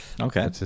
Okay